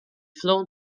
flown